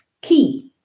key